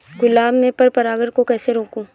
गुलाब में पर परागन को कैसे रोकुं?